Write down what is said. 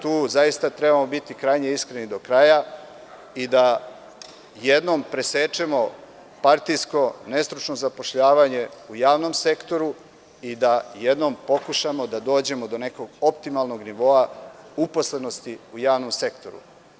Tu trebamo biti krajnje iskreni do kraja i da jednom presečemo partijsko nestručno zapošljavanje u javnom sektoru i da jednom pokušamo da dođemo do nekog optimalnog nivoa uposlenosti u javnom sektoru.